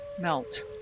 melt